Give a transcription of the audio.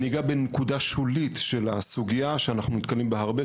אני אגע בנקודה שולית של הסוגיה שאנחנו נתקלים בה הרבה.